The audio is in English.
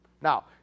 Now